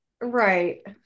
Right